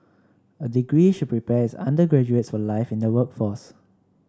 a degree should prepare its undergraduates for life in the workforce